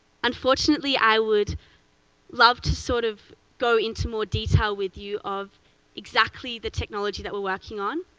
unfortunately, i would love to sort of go into more detail with you of exactly the technology that we're working on,